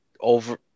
over